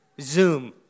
Zoom